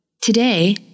today